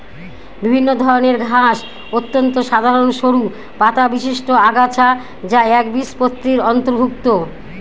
বিভিন্ন ধরনের ঘাস অত্যন্ত সাধারন সরু পাতাবিশিষ্ট আগাছা যা একবীজপত্রীর অন্তর্ভুক্ত